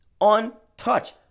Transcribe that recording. untouched